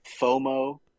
FOMO